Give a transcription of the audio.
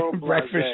Breakfast